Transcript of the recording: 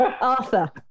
Arthur